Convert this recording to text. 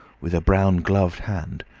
with a brown gloved hand,